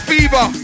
Fever